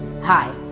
Hi